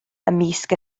ymysg